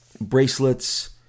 bracelets